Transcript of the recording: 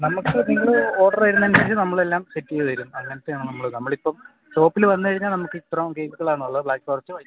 നമുക്ക് നിങ്ങൾ ഓഡർ ചെയ്യുന്നതിനനുസരിച്ച് നമ്മളെല്ലാം സെറ്റ് ചെയ്തു തരും അങ്ങനത്തെയാണ് നമ്മൾ നമ്മളിപ്പം ഷോപ്പിൽ വന്നു കഴിഞ്ഞാൽ നമുക്കിത്രയും കേക്കുകളാണുള്ളത് ബ്ലാക്ക് ഫോറസ്റ്റ് വൈറ്റ് ഫോറസ്റ്റ്